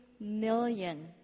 million